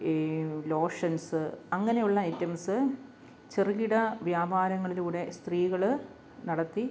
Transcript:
ഈ ലോഷൻസ് അങ്ങനെ ഉള്ള ഐറ്റംസ് ചെറുകിട വ്യാപാരങ്ങളിലൂടെ സ്ത്രീകൾ നടത്തി